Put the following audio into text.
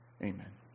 Amen